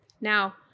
Now